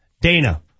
Dana